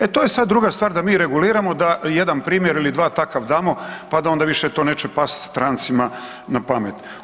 E to je sad druga stvar da mi reguliramo da jedan primjer ili dva takav damo pa da onda više to neće pasti strancima na pamet.